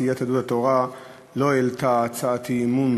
סיעת יהדות התורה לא העלתה הצעת אי-אמון